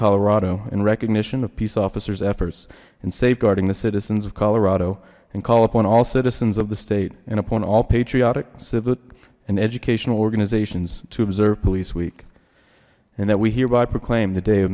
colorado in recognition of peace officers efforts and safeguarding the citizens of colorado and call upon all citizens of the state and upon all patriotic civic and educational organizations to observe police week and that we hereby proclaim the day